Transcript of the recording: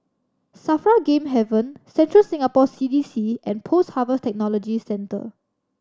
SAFRA Game Haven Central Singapore C D C and Post Harvest Technology Centre